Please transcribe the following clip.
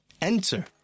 enter